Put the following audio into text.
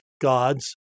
gods